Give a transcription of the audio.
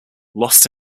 lost